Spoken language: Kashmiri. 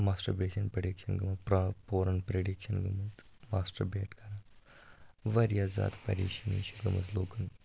ماسٹربیشَن پرٛڈِکشَن گٔمٕژ پرٛا پورَن پرٛڈِکشَن گٔمٕژ ماسٹَربیٹ کَران واریاہ زیادٕ پریشٲنی چھِ گٔمٕژ لوٗکَن